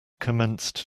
commenced